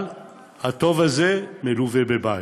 אבל הטוב הזה מלווה בבעיה.